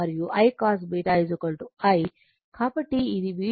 కాబట్టి ఇది V' I VCos α V Isin β I'